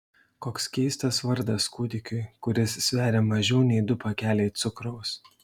koks keistas vardas kūdikiui kuris sveria mažiau nei du pakeliai cukraus